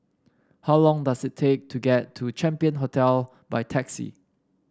how long does it take to get to Champion Hotel by taxi